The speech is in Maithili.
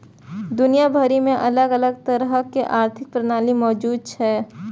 दुनिया भरि मे अलग अलग तरहक आर्थिक प्रणाली मौजूद छै